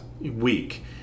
week